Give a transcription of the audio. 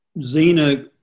Zena